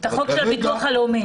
את החוק של הביטוח הלאומי.